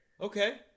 okay